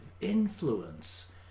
influence